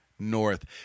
north